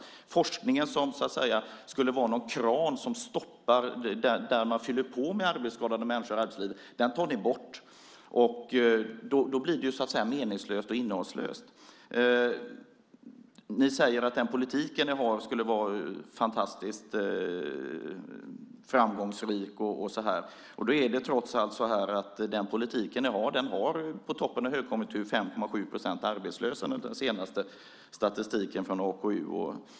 Den forskning som skulle se till att få stopp på den kran som fyller på med arbetsskadade människor i arbetslivet tas bort. Då blir det meningslöst och innehållslöst. Ni säger att er politik skulle vara fantastiskt framgångsrik. Den politik ni för ger på toppen av en högkonjunktur 5,7 procent arbetslösa enligt den senaste statistiken från AKU.